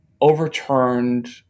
overturned